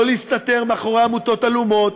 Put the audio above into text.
לא להסתתר מאחורי עמותות עלומות,